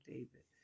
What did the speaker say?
David